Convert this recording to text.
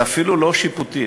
זה אפילו לא שיפוטי.